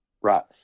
Right